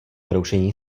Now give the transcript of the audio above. broušení